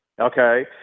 okay